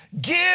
give